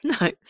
No